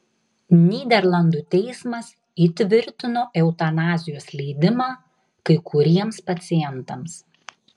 nyderlandų teismas įtvirtino eutanazijos leidimą kai kuriems pacientams